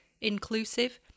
inclusive